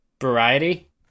Variety